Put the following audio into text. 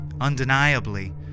Undeniably